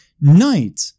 night